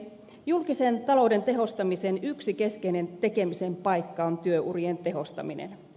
julkisen talouden tehostamisen yksi keskeinen tekemisen paikka on työurien tehostaminen